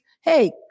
hey